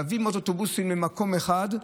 להביא מאות אוטובוסים למקום אחד,